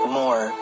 more